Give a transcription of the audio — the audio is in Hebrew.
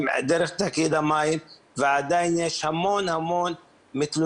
דרך תאגיד המים ועדיין יש המון בעיות.